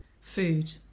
Food